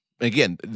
again